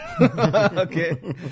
Okay